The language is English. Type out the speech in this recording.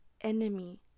enemy